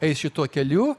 eis šituo keliu